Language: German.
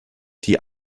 die